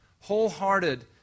wholehearted